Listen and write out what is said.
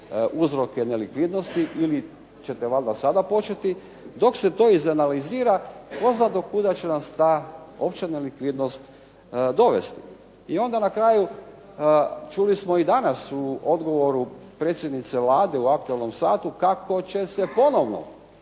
uzroke nelikvidnosti ili ćete valjda sada početi, dok se to izanalizira tko zna do kuda će nas ta opća nelikvidnost dovesti. I onda na kraju čuli smo i danas u odgovoru predsjednice Vlade u Aktualnom satu kako će se ponovno,